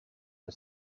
and